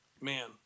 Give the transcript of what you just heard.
man